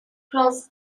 cross